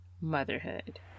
motherhood